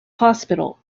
hospital